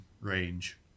range